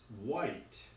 white